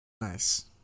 Nice